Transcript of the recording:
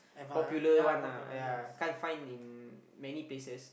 popular one lah yea can't find in many places